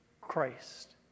Christ